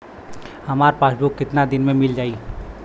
हमार पासबुक कितना दिन में मील जाई?